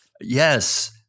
Yes